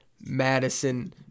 Madison